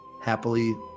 Happily